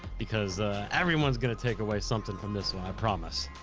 because everyone's gonna take away somethin' from this one, i promise.